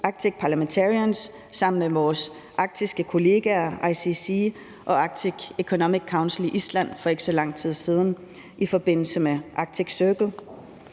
Arctic Parliamentarians sammen med vores arktiske kolleger, ICC og Arctic Economic Council i Island for ikke så lang tid siden i forbindelse med Arctic Circle.